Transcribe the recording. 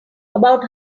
about